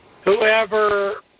whoever